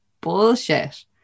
bullshit